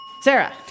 Sarah